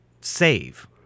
save